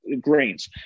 grains